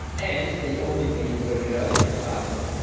and they only mate very early in their life.